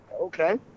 okay